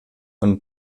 und